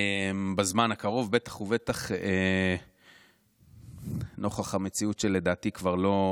בזמן הקרוב, בטח ובטח נוכח המציאות, שלדעתי כבר לא